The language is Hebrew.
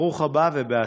ברוך הבא ובהצלחה.